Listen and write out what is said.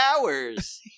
hours